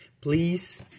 Please